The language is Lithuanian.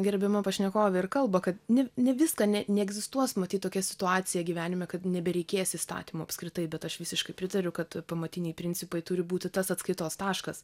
gerbiama pašnekovė ir kalba kad ne ne viską ne neegzistuos matyt tokia situacija gyvenime kad nebereikės įstatymų apskritai bet aš visiškai pritariu kad pamatiniai principai turi būti tas atskaitos taškas